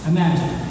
Imagine